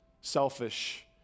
selfish